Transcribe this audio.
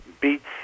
beats